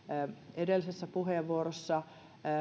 edellisessä puheenvuorossa